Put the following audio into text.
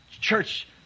church